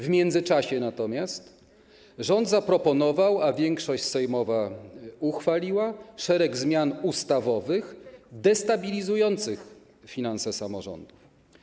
W międzyczasie natomiast rząd zaproponował, a większość sejmowa uchwaliła, szereg zmian ustawowych destabilizujących finanse samorządu.